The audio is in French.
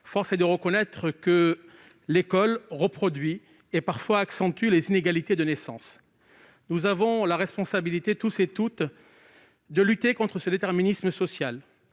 force est de reconnaître que l'école reproduit, et parfois accentue, les inégalités de naissance. Nous avons tous la responsabilité de lutter contre ce déterminisme social.